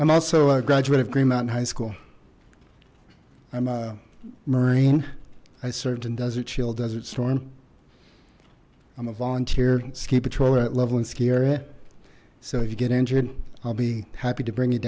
i'm also a graduate of green mountain high school i'm a marine i served in desert shield desert storm i'm a volunteer ski patrol at loveland ski area so if you get injured i'll be happy to bring